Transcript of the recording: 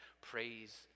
praise